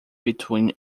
between